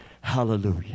Hallelujah